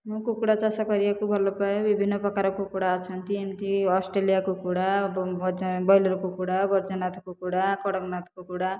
ମୁଁ କୁକୁଡ଼ା ଚାଷ କରିବାକୁ ଭଲ ପାଏ ବିଭିନ୍ନ ପ୍ରକାର କୁକୁଡ଼ା ଅଛନ୍ତି ଏମିତି ଅଷ୍ଟ୍ରେଲିଆ କୁକୁଡ଼ା ବ୍ରଇଲର କୁକୁଡ଼ା ବୈଦ୍ୟନାଥ କୁକୁଡ଼ା କଡ଼କନାଥ କୁକୁଡ଼ା